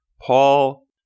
Paul